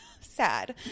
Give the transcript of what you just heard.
sad